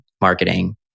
marketing